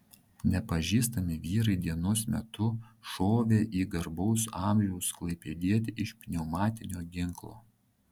nepažįstami vyrai dienos metu šovė į garbaus amžiaus klaipėdietį iš pneumatinio ginklo